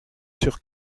sur